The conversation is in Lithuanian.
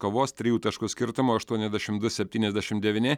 kovos trijų taškų skirtumu aštuoniasdešim du septyniasdešim devyni